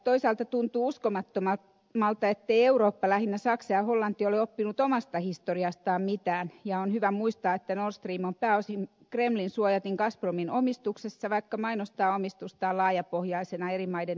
toisaalta tuntuu uskomattomalta ettei eurooppa lähinnä saksa ja hollanti ole oppinut omasta historiastaan mitään ja on hyvä muistaa että nord stream on pääosin kremlin suojatin gazpromin omistuksessa vaikka mainostaa omistustaan laajapohjaisena eri maiden yrityksien yhtiönä